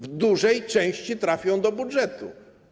W dużej części trafią do budżetu.